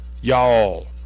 Y'all